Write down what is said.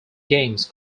games